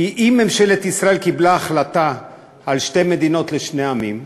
כי אם ממשלת ישראל קיבלה החלטה על שתי מדינות לשני עמים,